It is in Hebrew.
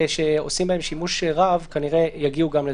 עברה של איסור שהייה בהקשר הזה.